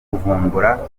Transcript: kuvumbura